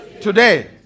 Today